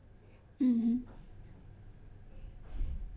mmhmm